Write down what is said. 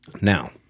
Now